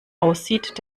aussieht